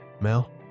mel